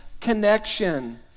connection